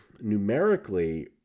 numerically